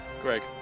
Greg